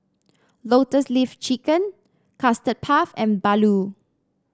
Lotus Leaf Chicken Custard Puff and